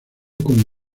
con